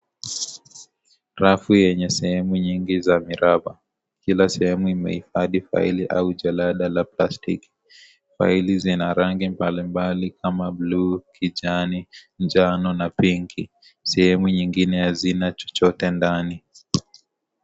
Rafu yenye sehemu nyingi za miraba. Kila sehemu imehifadhi faili au jelada la plastiki. Faili zina rangi mbalimbali kama blue , kijani, njano na pink . Sehemu nyingine hazina chochote ndani.